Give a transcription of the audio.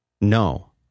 no